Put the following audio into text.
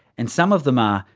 and some of them are,